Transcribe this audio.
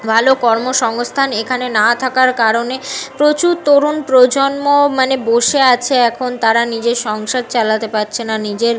ভালো কর্ম সংস্থান এখানে না থাকার কারণে প্রচুর তরুণ প্রজন্ম মানে বসে আছে এখন তারা নিজের সংসার চালাতে পারছে না নিজের